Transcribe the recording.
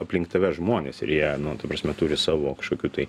aplink tave žmonės ir jie nu ta prasme turi savo kažkokių tai